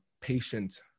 patient